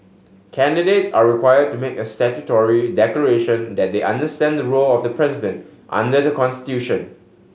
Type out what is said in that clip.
candidates are require to make a statutory declaration that they understand the role of the president under the constitution